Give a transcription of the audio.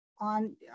on